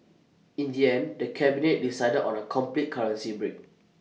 in the end the cabinet decided on A complete currency break